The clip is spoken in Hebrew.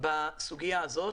בסוגיה הזאת,